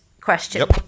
question